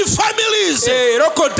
families